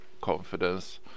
confidence